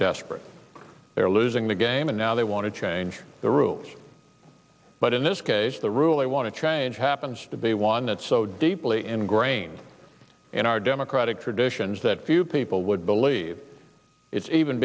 desperate they're losing the game and now they want to change the rules but in this case the rule they want to change happens to be one that so deeply ingrained in our democratic traditions that few people would believe it's even